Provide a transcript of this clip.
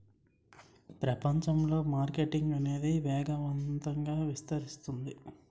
ప్రపంచంలో మార్కెటింగ్ అనేది వేగవంతంగా విస్తరిస్తుంది